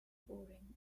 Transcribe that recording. boring